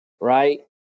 right